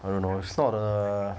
I don't know sort